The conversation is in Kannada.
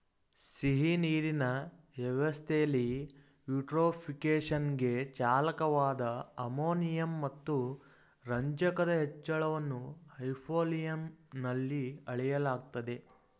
ಸಿಹಿನೀರಿನ ವ್ಯವಸ್ಥೆಲಿ ಯೂಟ್ರೋಫಿಕೇಶನ್ಗೆ ಚಾಲಕವಾದ ಅಮೋನಿಯಂ ಮತ್ತು ರಂಜಕದ ಹೆಚ್ಚಳವನ್ನು ಹೈಪೋಲಿಯಂನಲ್ಲಿ ಅಳೆಯಲಾಗ್ತದೆ